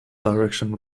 direction